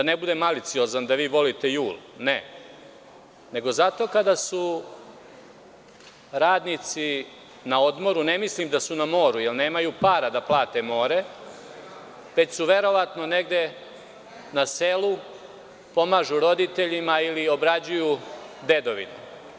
Da ne budem maliciozan, da volite jul, ne, nego zato kada su radnici na odmoru, ne mislim da su na moru, jer nemaju para da plate more, već su verovatno negde na selu, pomažu roditeljima ili obrađuju dedovinu.